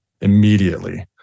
immediately